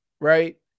right